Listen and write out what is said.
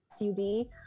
SUV